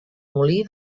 molí